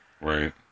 Right